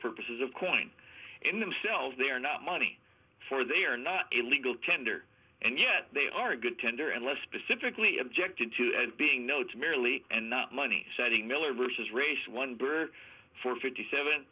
purposes of corn in themselves they're not money for they are not illegal tender and yet they are good tender and less specifically objected to and being notes merely and not money setting miller vs race one burned for fifty seven